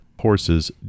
Horses